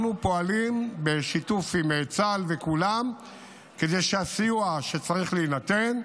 אנחנו פועלים בשיתוף עם צה"ל וכולם כדי שהסיוע שצריך להינתן,